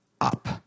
up